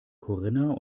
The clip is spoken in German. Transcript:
corinna